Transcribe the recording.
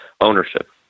ownership